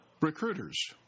Recruiters